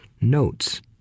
notes